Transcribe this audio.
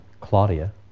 Claudia